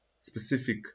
specific